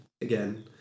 again